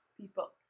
people